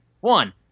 One